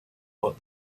what